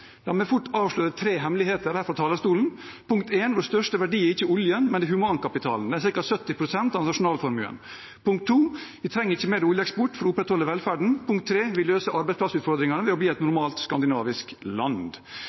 La meg fort avsløre tre hemmeligheter her fra talerstolen: Vår største verdi er ikke oljen, men humankapitalen – den utgjør ca. 70 pst. av nasjonalformuen. Vi trenger ikke mer oljeeksport for å opprettholde velferden. Vi løser arbeidsplassutfordringene ved å bli et normalt skandinavisk land.